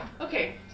Okay